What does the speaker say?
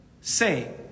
say